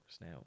now